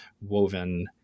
woven